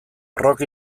rock